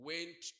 Went